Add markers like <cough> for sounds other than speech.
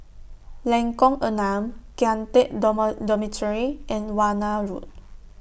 Lengkong Enam Kian Teck <unintelligible> Dormitory and Warna Road